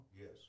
yes